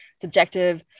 subjective